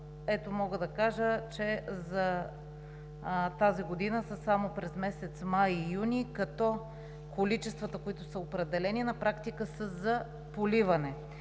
Ето, мога да кажа, че за тази година само през месец май и юни, като количествата, които са определени, на практика са за поливане